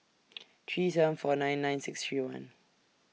three seven four nine nine six three one